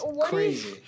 Crazy